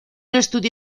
estudio